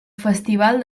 festival